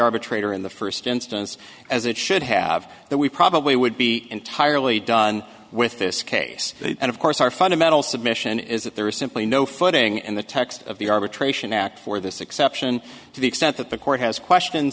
arbitrator in the first instance as it should have that we probably would be entirely done with this case and of course our fundamental submission is that there is simply no footing in the text of the arbitration act for this exception to the extent that the court has questions